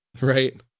right